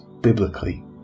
biblically